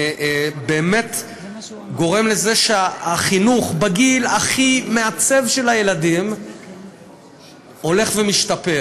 באמת גורם לזה שהחינוך בגיל הכי מעצב של הילדים הולך ומשתפר,